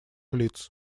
лиц